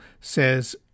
Says